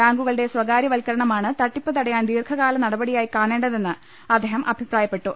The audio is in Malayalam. ബാങ്കുകളുടെ സ്ഥകാര്യ വത്ക്കരണമാണ് തട്ടിപ്പ് തടയാൻ ദീർഘകാല നടപടി യായി കാണേണ്ടതെന്ന് അദ്ദേഹം അഭിപ്രായപ്പെട്ടു